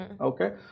Okay